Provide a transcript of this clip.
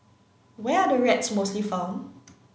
where are the rats mostly found